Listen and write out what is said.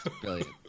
Brilliant